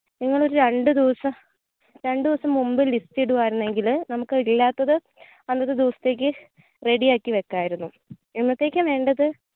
നിങ്ങളൊരു രണ്ട് ദിവസം രണ്ട് ദിവസം മുമ്പ് ലിസ്റ്റ് ഇടുവായിരുന്നെങ്കിൽ നമുക്ക് ഇല്ലാത്തത് അന്നൊരു ദിവസത്തേക്ക് റെഡി ആക്കി വെക്കാമായിരുന്നു എന്നത്തേക്കാണ് വേണ്ടത്